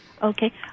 Okay